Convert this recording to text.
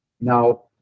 now